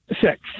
Six